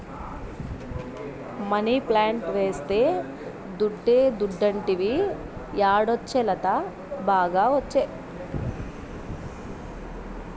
money plant వేస్తే దుడ్డే దుడ్డంటివి యాడొచ్చే లత, బాగా ఒచ్చే